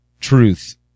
truth